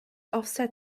offset